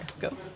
Go